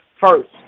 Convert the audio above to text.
first